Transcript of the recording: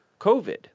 COVID